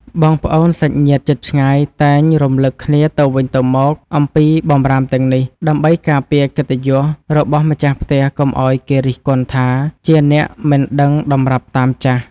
បងប្អូនសាច់ញាតិជិតឆ្ងាយតែងរំលឹកគ្នាទៅវិញទៅមកអំពីបម្រាមទាំងនេះ ដើម្បីការពារកិត្តិយសរបស់ម្ចាស់ផ្ទះកុំឱ្យគេរិះគន់ថា ជាអ្នកមិនដឹងតម្រាប់តាមចាស់។